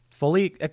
Fully